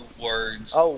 words